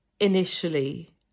initially